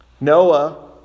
Noah